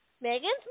Megan's